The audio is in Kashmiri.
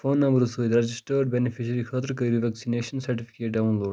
فون نمبرٕ سۭتۍ رجسٹرڈ بیٚنِفشری خٲطرٕ کٔرِو ویٚکسِنیشن سٔرٹِفکیٹ ڈاوُن لوڈ